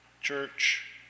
church